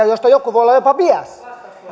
joista joku voi olla jopa mies